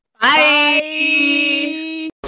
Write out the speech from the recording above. Bye